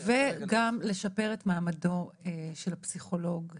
וגם לשפר את מעמדו של הפסיכולוג בציבור.